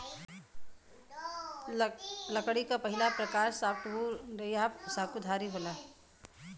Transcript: लकड़ी क पहिला प्रकार सॉफ्टवुड या सकुधारी होला